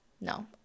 No